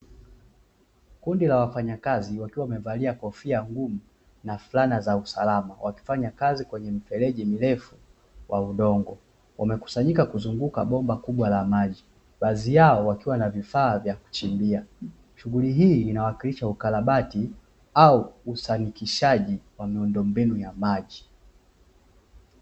Kundi la wafanyakazi wakiwa wamevalia kofia ngumu na flani za usalama wakifanya kazi kwenye mifereji mirefu kwa udongo, umekusanyika kuzunguka bomba kubwa la maji baadhi yao wakiwa na vifaa vya kuchimbia; shughuli hii inawakilisha ukarabati au kusanikishaji wa miondo mmbinu ya maji.